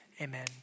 amen